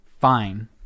fine